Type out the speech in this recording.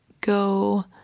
go